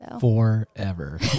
Forever